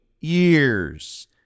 years